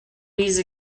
these